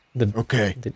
Okay